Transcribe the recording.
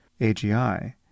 AGI